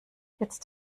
jetzt